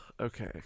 Okay